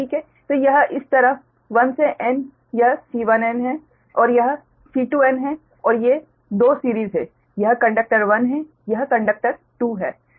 तो यह इस तरफ 1 से n यह C1n है और यह C2n है और ये 2 सिरीज़ में हैं यह कंडक्टर 1 है यह कंडक्टर 2 है